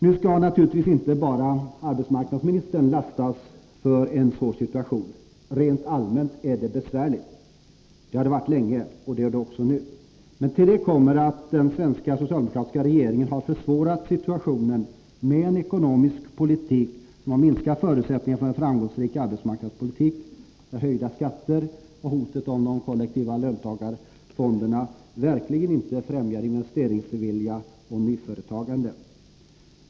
Nu skall naturligtvis inte bara arbetsmarknadsministern lastas för en svår situation. Rent allmänt är det besvärligt. Det har det varit länge, och det är det också nu. Men till detta kommer att den svenska socialdemokratiska regeringen har försvårat situationen med en ekonomisk politik som har minskat förutsättningarna för en framgångsrik arbetsmarknadspolitik, där höjda skatter och hotet om de kollektiva löntagarfonderna verkligen inte främjar investeringsvilja och nyföretagande.